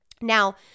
Now